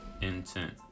intent